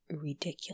ridiculous